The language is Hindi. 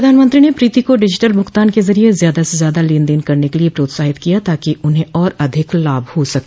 प्रधानमंत्री ने प्रीति को डिजिटल भुगतान के जरिये ज्यादा से ज्यादा लेन देन करने के लिए प्रोत्साहित किया ताकि उन्हं और अधिक लाभ हो सके